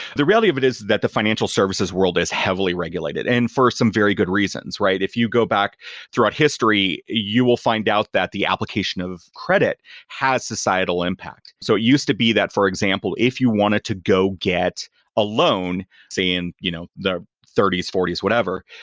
the reality of it is that the financial services world is heavily regulated and for some very good reasons, right? if you go back throughout history, you will find out that the application of credit has societal impact. so it used to be that, for example, if you wanted to go get a loan, say, in you know the thirty s forty s whatever,